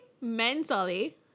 Mentally